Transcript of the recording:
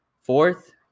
fourth